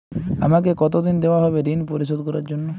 আমাকে কতদিন দেওয়া হবে ৠণ পরিশোধ করার জন্য?